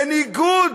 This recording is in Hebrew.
בניגוד